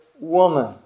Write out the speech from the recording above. woman